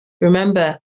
Remember